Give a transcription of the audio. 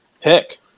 pick